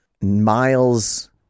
Miles